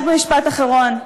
רק במשפט אחרון,